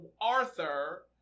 Arthur